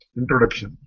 introduction